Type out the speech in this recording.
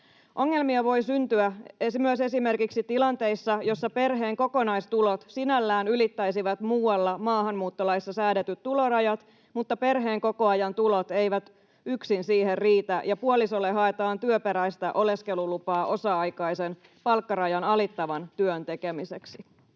Ongelmia voi syntyä myös esimerkiksi tilanteissa, joissa perheen kokonaistulot sinällään ylittäisivät muualla maahanmuuttolaissa säädetyt tulorajat, mutta perheenkokoajan tulot eivät yksin siihen riitä ja puolisolle haetaan työperäistä oleskelulupaa osa-aikaisen palkkarajan alittavan työn tekemiseksi.